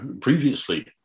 previously